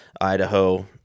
Idaho